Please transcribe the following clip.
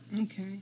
Okay